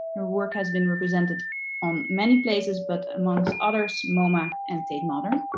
her work has been represented on many places but amongst others moma and tate modern.